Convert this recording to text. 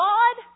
God